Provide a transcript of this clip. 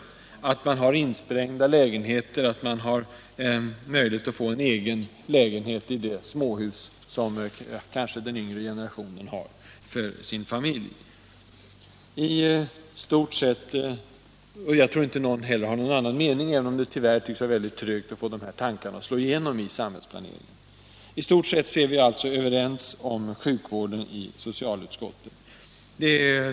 Man måste ha insprängda mindre lägenheter, kanske möjlighet att få en egen lägenhet i det småhus där sonen eller dottern bor med sin familj. Jag tror att ingen egentligen har någon annan mening, även om det tyvärr tycks vara mycket trögt att få dessa tankar att slå igenom i samhällsplaneringen. I stort sett är vi alltså överens om sjukvården i socialutskottet.